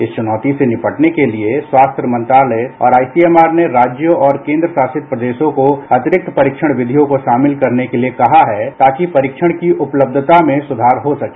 इस चुनौती से निपटने के लिए स्वास्थ्य मंत्रालय और आई सी एम आर ने राज्यों और केन्द्र शासित प्रदेशों को अतिरिक्त परीक्षण विधियों को शामिल करने को कहा है ताकि परीक्षण की उपलब्यता में सुधार हो सके